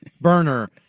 burner